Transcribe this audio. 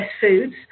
foods